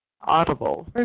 audible